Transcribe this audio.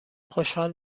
خوشحال